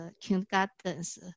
kindergartens